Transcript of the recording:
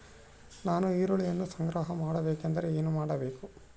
ನಾನು ಈರುಳ್ಳಿಯನ್ನು ಸಂಗ್ರಹ ಮಾಡಬೇಕೆಂದರೆ ಏನು ಮಾಡಬೇಕು?